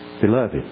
Beloved